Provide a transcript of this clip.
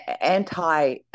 anti